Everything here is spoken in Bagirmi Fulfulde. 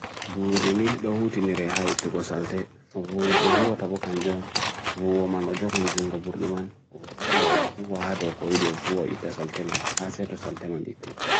Buirini da hoote ni reha itu go salte Hove, de hoot apokan jon Ho vo man ojo kan jongo burdi man Ho vo hado ko ide ho vo ita salte man Hase do salte man di tih